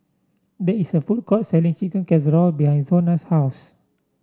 there is a food court selling Chicken Casserole behind Zona's house